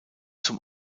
zum